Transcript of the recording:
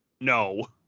No